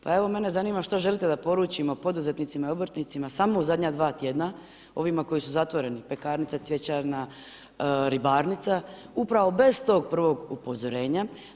Pa evo mene zanima što želite da poručimo poduzetnicima i obrtnicima samo u zadnja dva tjedna ovima koji su zatvoreni, pekarnica, cvjećarna, ribarnica, upravo bez tog prvog upozorenja.